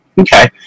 okay